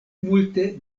multe